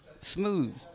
smooth